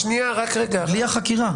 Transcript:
בלי החקירה.